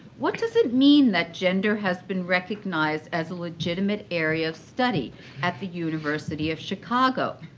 what does it mean that gender has been recognized as legitimate area of study at the university of chicago?